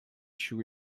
issue